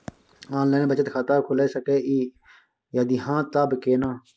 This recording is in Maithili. ऑनलाइन बचत खाता खुलै सकै इ, यदि हाँ त केना?